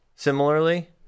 Similarly